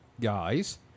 guys